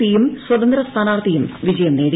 പിയും സ്വതന്ത്ര സ്ഥാനാർഥിയും വിജയം നേടി